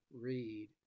read